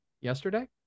yesterday